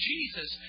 Jesus